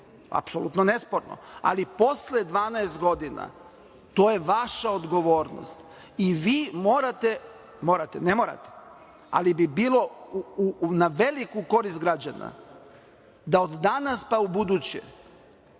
Apsolutno nesporno, ali posle 12 godina to je vaša odgovornost i vi morate, ne morate, ali bi bilo na veliku korist građana da od danas pa u buduće